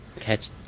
Catch